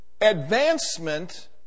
Advancement